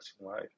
life